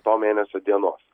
to mėnesio dienos